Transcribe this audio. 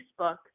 Facebook